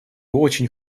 очень